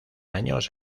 años